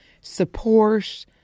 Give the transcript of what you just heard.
support